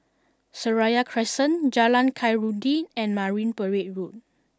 Seraya Crescent Jalan Khairuddin and Marine Parade Road